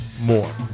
more